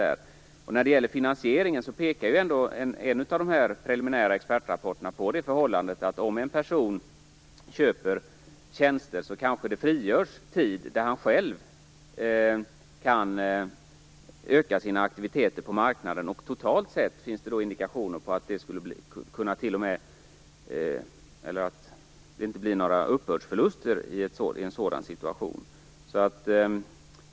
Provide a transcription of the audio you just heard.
När det gäller finansieringen pekar en av de preliminära expertrapporterna på det förhållandet att om en person köper tjänster kanske det frigörs tid där han själv kan öka sina aktiviteter på marknaden. Totalt sett finns det indikationer på att det inte blir några uppbördsförluster i en sådan situation.